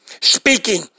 speaking